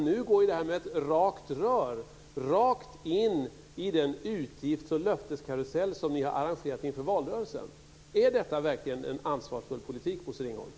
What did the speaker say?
Nu går de ju som i ett rakt rör rakt in i den utgifts och löfteskarusell som ni har arrangerat inför valrörelsen. Är detta verkligen en ansvarsfull politik, Bosse Ringholm?